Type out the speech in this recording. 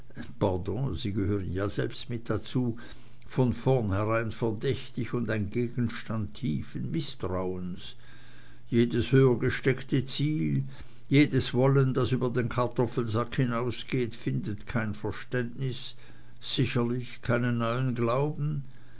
selbst mit dazu von vornherein verdächtig und ein gegenstand tiefen mißtrauens jedes höher gesteckte ziel jedes wollen das über den kartoffelsack hinausgeht findet kein verständnis sicherlich keinen glauben